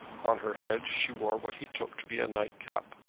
on her head she wore what he took to be a nightcap,